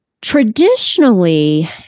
traditionally